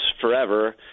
forever